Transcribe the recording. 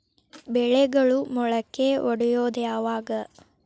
ಬೆಳೆಗಳು ಮೊಳಕೆ ಒಡಿಯೋದ್ ಯಾವಾಗ್?